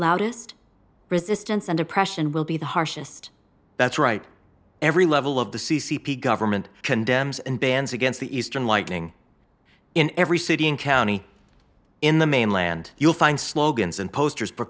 loudest resistance and oppression will be the harshest that's right every level of the c c p government condemns and bans against the eastern lightning in every city and county in the mainland you'll find slogans and posters p